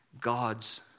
God's